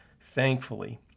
Thankfully